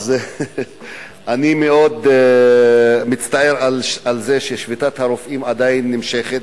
אני מאוד מצטער על זה ששביתת הרופאים עדיין נמשכת.